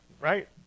right